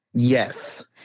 Yes